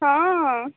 हँ